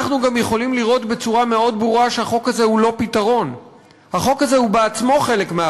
אנחנו גם יכולים לראות בצורה מאוד ברורה שהחוק הזה הוא לא פתרון,